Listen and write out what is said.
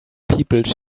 people